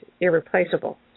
irreplaceable